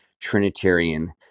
trinitarian